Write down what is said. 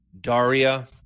Daria